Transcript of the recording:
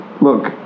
Look